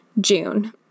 June